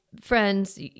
friends